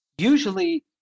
usually